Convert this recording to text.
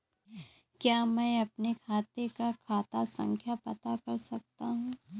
क्या मैं अपने खाते का खाता संख्या पता कर सकता हूँ?